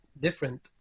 different